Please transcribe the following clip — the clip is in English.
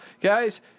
guys